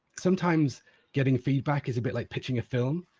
sometimes getting feedback is a bit like pitching a film,